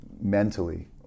mentally